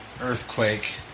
earthquake